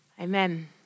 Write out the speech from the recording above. Amen